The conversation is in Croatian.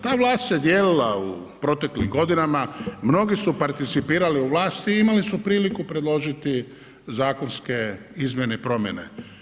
Ta vlast se dijelila u proteklih godinama, mnogi su participirali u vlasti i imali su priliku predložiti zakonske izmjene i promjene.